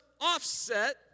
Offset